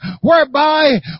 whereby